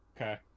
okay